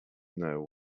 know